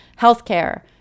Healthcare